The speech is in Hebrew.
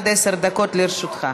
עד עשר דקות לרשותך.